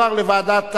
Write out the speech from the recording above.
תועבר לוועדת